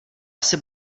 asi